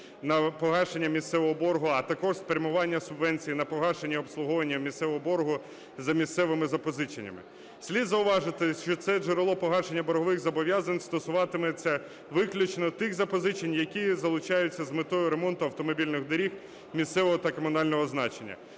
на погашення місцевого боргу, а також спрямування субвенцій на погашення і обслуговування місцевого боргу за місцевими запозиченнями. Слід зауважити, що це джерело погашення боргових зобов'язань стосуватиметься виключно тих запозичень, які залучаються з метою ремонту автомобільних доріг місцевого та комунального значення.